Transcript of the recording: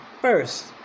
first